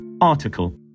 Article